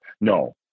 No